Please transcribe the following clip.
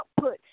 output